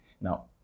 Now